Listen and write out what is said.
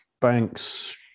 banks